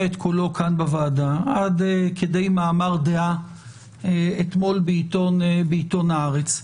את קולו כאן בוועדה עד כדי מאמר דעה אתמול בעיתון "הארץ".